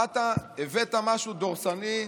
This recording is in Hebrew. באת, הבאת משהו דורסני,